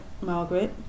Margaret